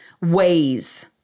ways